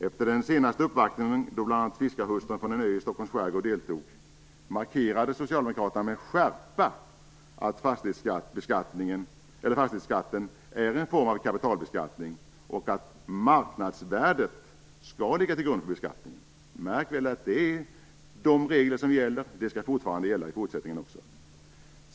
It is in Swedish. Efter den senaste uppvaktningen, då bl.a. fiskarhustrun från en ö i Stockholms skärgård deltog, markerade Socialdemokraterna med skärpa att fastighetsskatten är en form av kapitalbeskattning och att marknadsvärdet skall ligga till grund för beskattningen. Märk väl att de regler som gäller skall gälla också i fortsättningen!